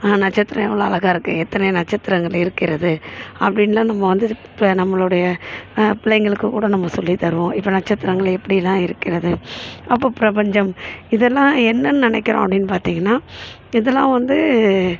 ஆனால் நட்சத்திரம் எவ்வளோ அழகா இருக்குது எத்தனை நட்சத்திரங்கள் இருக்கிறது அப்படின்னுலாம் நம்ம வந்து இப்போ நம்மளுடைய பிள்ளைங்களுக்கு கூட நம்ம சொல்லி தருவோம் இப்போ நட்சத்திரங்கள் எப்படி எல்லாம் இருக்கிறது அப்போது பிரபஞ்சம் இது எல்லாம் என்ன நினைக்கிறோம் அப்படின்னு பார்த்திங்கன்னா இதலாம் வந்து